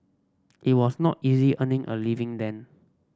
it was not easy earning a living then